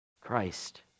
Christ